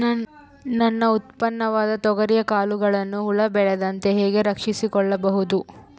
ನನ್ನ ಉತ್ಪನ್ನವಾದ ತೊಗರಿಯ ಕಾಳುಗಳನ್ನು ಹುಳ ಬೇಳದಂತೆ ಹೇಗೆ ರಕ್ಷಿಸಿಕೊಳ್ಳಬಹುದು?